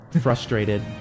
frustrated